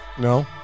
No